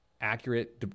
accurate